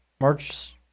March